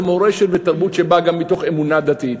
זו מורשת ותרבות שבאה גם מתוך אמונה דתית,